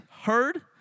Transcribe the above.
heard